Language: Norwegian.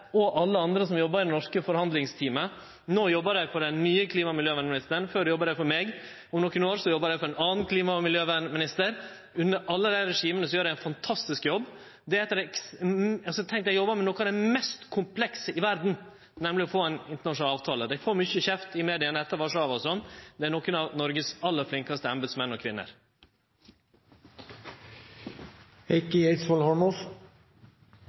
til alle dei andre som jobbar i det norske forhandlingsteamet. No jobbar dei for den nye klima- og miljøvernministeren, før jobba dei for meg, og om nokre år jobbar dei for ein annan klima- og miljøvernminister. Under alle desse regima gjer dei ein fantastisk jobb. Dei jobbar med noko av det mest komplekse i verda, nemleg å få til ein internasjonal avtale. Dei har fått mykje kjeft i media etter møtet i Warszawa, men dei er blant Noregs flinkaste embetsmenn og -kvinner. Jeg ville også tegne meg for bare å følge opp litt av